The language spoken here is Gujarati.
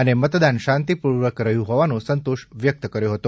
અને મતદાન શાંતિપૂર્વક રહ્યું હોવાનો સંતોષ વ્યક્ત કર્યો હતો